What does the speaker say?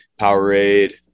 Powerade